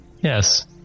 Yes